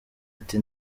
ati